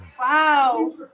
wow